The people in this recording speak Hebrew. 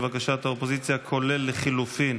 כולל חלופותיהן,